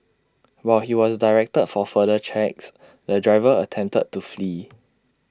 while he was directed for further checks the driver attempted to flee